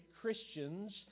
Christians